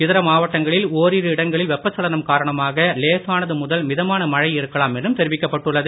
இதர மாவட்டங்களில் ஓரிரு இடங்களில் வெப்பச்சலனம் காரணமாக லேசானது முதல் மிதமான மழை இருக்கலாம் என்றும் தெரிவிக்கப் பட்டுள்ளது